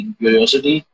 curiosity